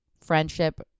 Friendship